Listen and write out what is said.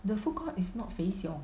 the food court is not Fei-Siong